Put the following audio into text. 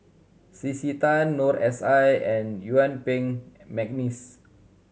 C C Tan Noor S I and Yuen Peng McNeice